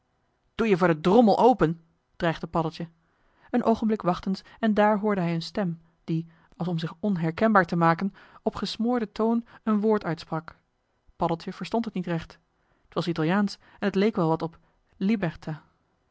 doe je voor den drommel open dreigde paddeltje een oogenblik wachtens en daar hoorde hij een stem die als om zich onherkenbaar te maken op gesmoorden toon een woord uitsprak paddeltje verstond het niet recht t was italiaansch en t leek wel wat op liberta